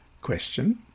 Question